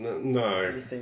No